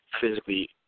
physically